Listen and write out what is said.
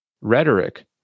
rhetoric